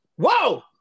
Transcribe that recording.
whoa